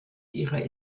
ihrer